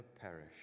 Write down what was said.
perish